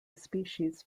species